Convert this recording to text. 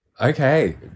Okay